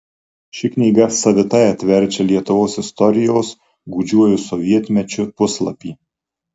ši knyga savitai atverčia lietuvos istorijos gūdžiuoju sovietmečiu puslapį